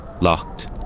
locked